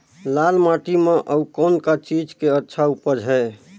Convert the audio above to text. लाल माटी म अउ कौन का चीज के अच्छा उपज है?